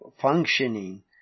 functioning